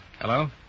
Hello